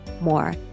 more